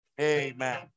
Amen